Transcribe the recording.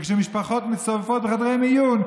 כשמשפחות מצטופפות בחדרי מיון,